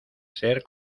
ser